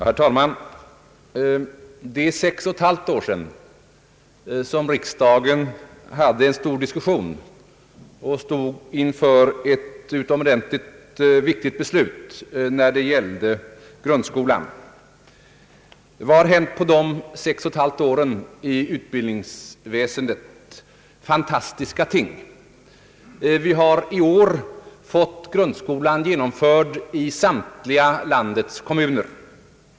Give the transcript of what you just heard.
Herr talman! Det är sex och ett halvt år sedan riksdagen hade en stor diskussion och stod inför ett utomordentligt viktigt beslut när det gällde grundskolan. Vad har hänt på dessa sex och ett halvt år i utbildningsväsendet? Fantastiska ting. Vi har i år fått grundskolan genomförd i samtliga landets kommuner.